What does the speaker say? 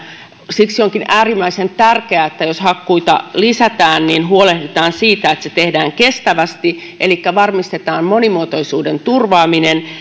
siksi onkin äärimmäisen tärkeää että jos hakkuita lisätään niin huolehditaan siitä että se tehdään kestävästi elikkä varmistetaan monimuotoisuuden turvaaminen